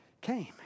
came